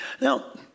Now